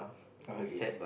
okay